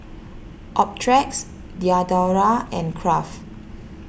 Optrex Diadora and Kraft